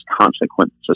consequences